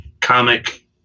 comic